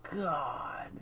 God